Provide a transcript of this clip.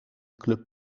club